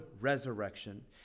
resurrection